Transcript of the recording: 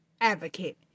advocate